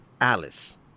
Alice